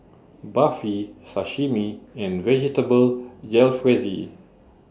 Barfi Sashimi and Vegetable Jalfrezi